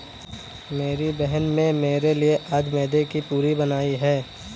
मेरी बहन में मेरे लिए आज मैदे की पूरी बनाई है